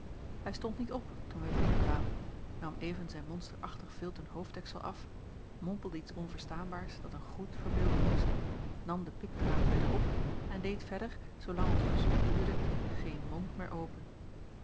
hij stond niet op toen wij binnenkwamen nam even zijn monsterachtig vilten hoofddeksel af mompelde iets onverstaanbaars dat een groet verbeelden moest nam den pikdraad weder op en deed verder zoolang ons bezoek duurde geen mond meer open